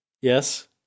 Yes